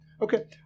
Okay